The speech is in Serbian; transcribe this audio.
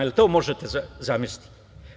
Jel to možete zamisliti?